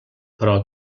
però